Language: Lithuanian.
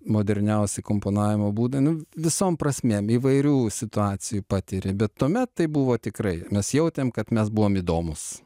moderniausi komponavimo būdai nu visom prasmėm įvairių situacijų patiri bet tuomet tai buvo tikrai mes jautėm kad mes buvom įdomūs